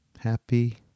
Happy